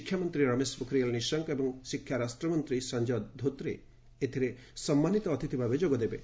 ଶିକ୍ଷାମନ୍ତ୍ରୀ ରମେଶ ପୋଖରିଆଲ୍ ନିଶଙ୍କ ଏବଂ ଶିକ୍ଷା ରାଷ୍ଟ୍ରମନ୍ତ୍ରୀ ସଞ୍ଜୟ ଧୋତ୍ରେ ଏଥିରେ ସମ୍ମାନିତ ଅତିଥି ଭାବେ ଯୋଗ ଦେବେ